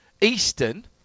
Eastern